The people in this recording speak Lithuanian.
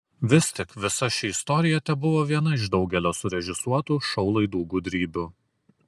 vis tik visa ši istorija tebuvo viena iš daugelio surežisuotų šou laidų gudrybių